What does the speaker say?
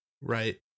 right